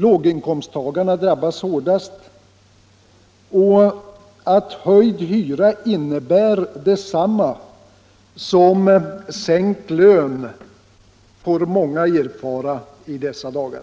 Låginkomsttagarna drabbas hårdast, och att höjd hyra innebär detsamma som sänkt lön får många erfara i dessa dagar.